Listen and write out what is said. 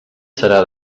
serà